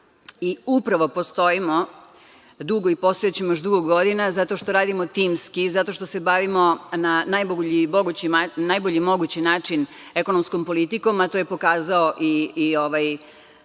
i upravo postojimo dugo i postojaćemo još dugo godina, zato što radimo timski, zato što se bavimo na najbolji mogući način ekonomskom politikom, a to je pokazao i